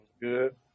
good